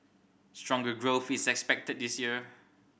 stronger growth is expected this year